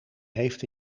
heeft